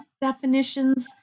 definitions